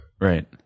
right